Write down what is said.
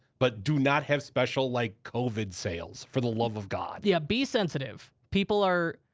but do not have special like covid sales, for the love of god. yeah, be sensitive. people are,